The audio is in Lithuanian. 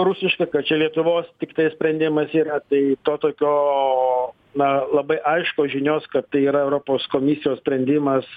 rusiška kad čia lietuvos tiktai sprendimas yra tai to tokio na labai aiškios žinios kad tai yra europos komisijos sprendimas